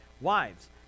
Wives